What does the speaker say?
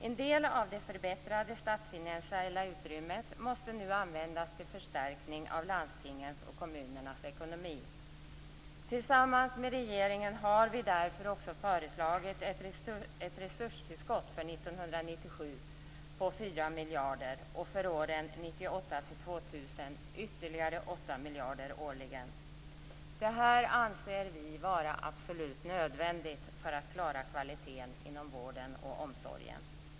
En del av det förbättrade statsfinansiella utrymmet måste nu användas till förstärkning av landstingens och kommunernas ekonomi. Tillsammans med regeringen har vi därför föreslagit ett resurstillskott för 1997 på 8 miljarder årligen. Detta anser vi vara absolut nödvändigt för att vi skall klara kvaliteten inom vården och omsorgen.